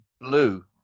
blue